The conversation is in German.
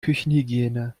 küchenhygiene